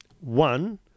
One